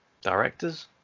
directors